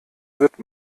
wird